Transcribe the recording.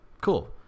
Cool